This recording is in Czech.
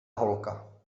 holka